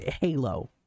Halo